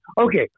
Okay